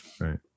Right